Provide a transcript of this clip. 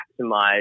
maximize